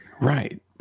right